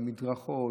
במדרכות,